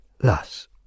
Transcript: thus